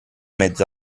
mezzo